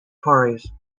tories